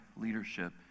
leadership